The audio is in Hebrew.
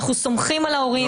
אנחנו סומכים על ההורים,